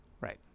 Right